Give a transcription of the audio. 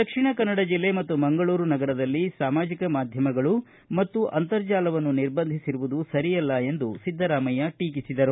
ದಕ್ಷಿಣ ಕನ್ನಡ ಜಿಲ್ಲೆ ಮತ್ತು ಮಂಗಳೂರು ನಗರದಲ್ಲಿ ಸಾಮಾಜಿಕ ಮಾಧ್ಯಮಗಳು ಮತ್ತು ಅಂತರ್ಜಾಲವನ್ನು ನಿರ್ಬಂಧಿಸಿರುವುದು ಸರಿಯಲ್ಲ ಎಂದು ಸಿದ್ದರಾಮಯ್ವ ಟೀಕಿಸಿದರು